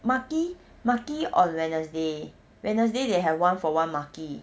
maki maki on wednesday wednesday they have one for one maki